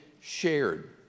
shared